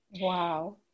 Wow